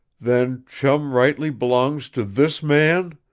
then chum rightly b'longs to this man?